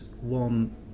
one